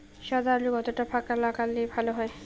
সাদা আলু কতটা ফাকা লাগলে ভালো হবে?